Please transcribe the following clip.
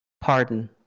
pardon